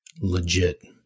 legit